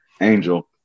Angel